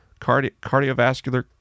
cardiovascular